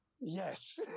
Yes